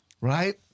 Right